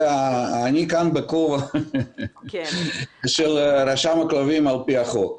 אני כאן בכובע של רשם הכלבים על פי החוק.